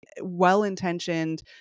well-intentioned